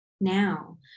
now